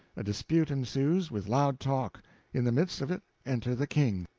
a dispute ensues, with loud talk in the midst of it enter the king.